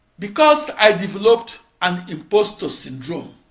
because i developed an imposter syndrome,